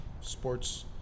Sports